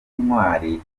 nk’intwari